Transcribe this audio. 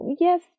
Yes